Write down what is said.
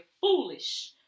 foolish